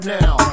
now